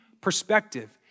perspective